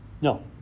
No